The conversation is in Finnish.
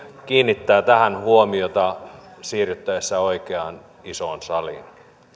kiinnittää tähän huomiota siirryttäessä oikeaan isoon saliin